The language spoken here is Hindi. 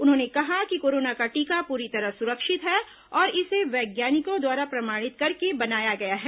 उन्होंने कहा कि कोरोना का टीका पूरी तरह सुरक्षित है और इसे वैज्ञानिकों द्वारा प्रमाणित करके बनाया गया है